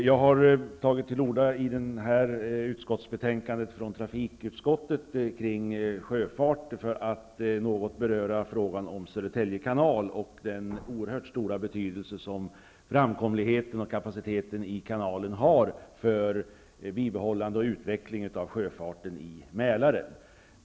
Fru talman! Jag tar till orda i det här ärendet om betänkandet från trafikutskottet kring sjöfart för att något beröra frågan om Södertälje kanal och den oerhört stora betydelse som framkomligheten och kapaciteten i kanalen har för bibehållande och utveckling av sjöfarten i Mälaren.